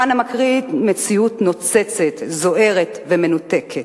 פן המקרין מציאות נוצצת, זוהרת ומנותקת,